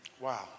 Wow